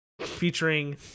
featuring